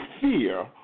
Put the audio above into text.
fear